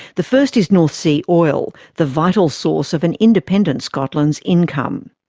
the first is north sea oil, the vital source of an independent scotland's income.